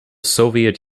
soviet